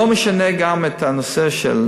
לא משנה גם הנושא של